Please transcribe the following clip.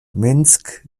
minsk